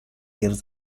gives